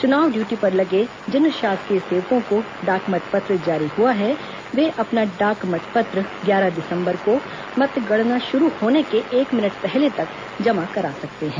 चुनाव ड्यूटी पर लगे जिन शासकीय सेवकों को डाक मतपत्र जारी हुआ है वे अपना डाक मतपत्र ग्यारह दिसम्बर को मतगणना शुरू होने के एक मिनट पहले तक जमा करा सकते हैं